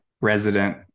resident